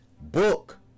book